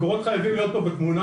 מקורות חייבים להיות פה בתמונה,